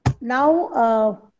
Now